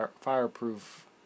Fireproof